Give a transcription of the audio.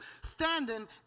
standing